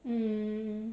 mm